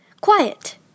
Quiet